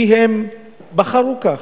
כי הם בחרו כך,